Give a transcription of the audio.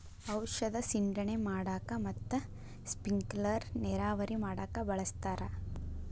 ಔಷದ ಸಿಂಡಣೆ ಮಾಡಾಕ ಮತ್ತ ಸ್ಪಿಂಕಲರ್ ನೇರಾವರಿ ಮಾಡಾಕ ಬಳಸ್ತಾರ